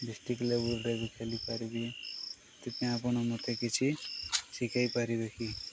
district ଲେବୁଲରେ ବି ଖେଲିପାରିବି ସେଥିପାଇଁ ଆପଣ ମୋତେ କିଛି ଶିଖେଇ ପାରିବେ କି